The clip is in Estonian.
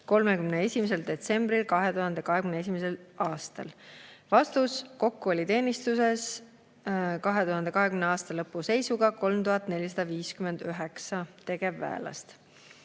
31. detsembril 2021?" Vastus. Kokku oli teenistuses 2021. aasta lõpu seisuga 3459 tegevväelast.